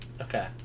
Okay